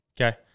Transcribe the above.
Okay